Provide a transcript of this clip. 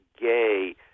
gay